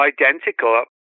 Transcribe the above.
identical